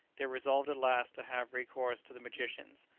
they resolved at last to have recourse to the magicians,